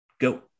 go